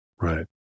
Right